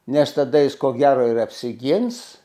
nes tada jis ko gero ir apsigins